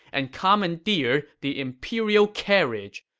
and commandeered the imperial carriage!